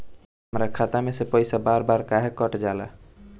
हमरा खाता में से पइसा बार बार काहे कट जाला?